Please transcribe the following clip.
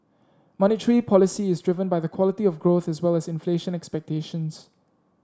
monetary policy is driven by the quality of growth as well as inflation expectations